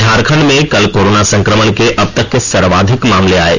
झारखंड में कल कोरोना संकमण के अबतक के सर्वाधिक मामले आये